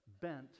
bent